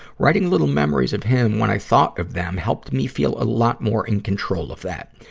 writing little memories of him when i thought of them helped me feel a lot more in control of that.